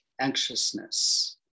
anxiousness